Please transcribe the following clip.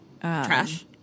Trash